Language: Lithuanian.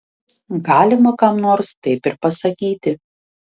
galima kam nors taip ir pasakyti